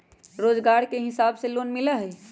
रोजगार के हिसाब से लोन मिलहई?